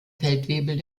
feldwebel